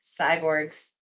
cyborgs